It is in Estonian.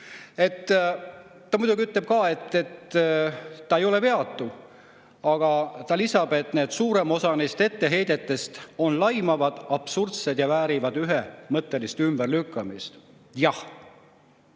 Ta muidugi ütleb ka, et ta ei ole veatu, kuid ta lisab, et suurem osa neist etteheidetest on laimavad, absurdsed ja väärivad ühemõttelist ümberlükkamist. Jah.